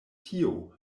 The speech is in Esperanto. tio